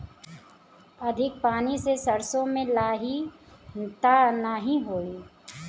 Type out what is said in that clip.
अधिक पानी से सरसो मे लाही त नाही होई?